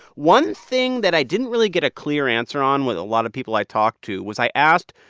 one thing that i didn't really get a clear answer on with a lot of people i talked to was i asked,